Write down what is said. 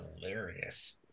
hilarious